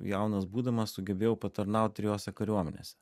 jaunas būdamas sugebėjau patarnaut trijose kariuomenėse